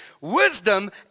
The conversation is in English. Wisdom